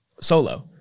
solo